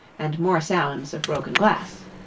and more sounds of broken glass.